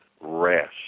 rest